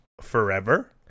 forever